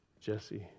Jesse